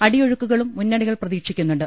അടിയൊഴുക്കു കളും മുന്നണികൾ പ്രതീക്ഷിക്കുന്നുണ്ട്